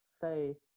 say